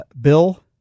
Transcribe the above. Bill